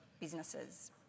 businesses